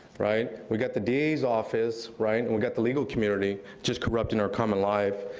right, we got the da's office, right, and we got the legal community just corrupting our common life.